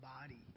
body